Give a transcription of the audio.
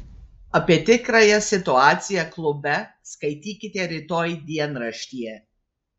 apie tikrąją situaciją klube skaitykite rytoj dienraštyje